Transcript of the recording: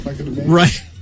Right